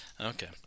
Okay